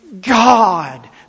God